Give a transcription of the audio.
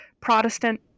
Protestant